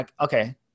okay